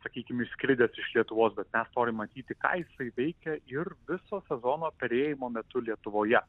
sakykim išskridęs iš lietuvos bet mes norim matyti ką jisai veikia veikia ir viso sezono perėjimo metu lietuvoje